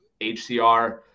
HCR